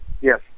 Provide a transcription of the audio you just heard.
Yes